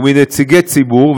ונציגי ציבור,